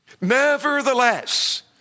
Nevertheless